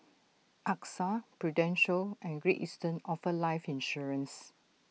Axa prudential and great eastern offer life insurance